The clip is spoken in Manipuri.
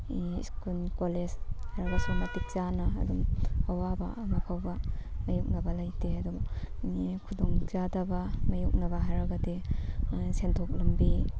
ꯁ꯭ꯀꯨꯜ ꯀꯣꯂꯦꯖ ꯍꯥꯏꯔꯒꯁꯨ ꯃꯇꯤꯛ ꯆꯥꯅ ꯑꯗꯨꯝ ꯑꯋꯥꯕ ꯑꯃꯐꯥꯎꯕ ꯃꯥꯌꯣꯛꯅꯕ ꯂꯩꯇꯦ ꯑꯗꯨ ꯈꯨꯗꯣꯡꯆꯥꯗꯕ ꯃꯥꯌꯣꯛꯅꯕ ꯍꯥꯏꯔꯒꯗꯤ ꯁꯦꯟꯊꯣꯛ ꯂꯝꯕꯤ